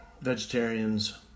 vegetarians